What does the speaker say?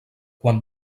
quan